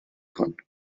hwn